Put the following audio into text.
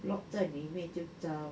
what are the major